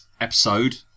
episode